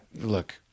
look